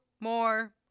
more